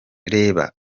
reba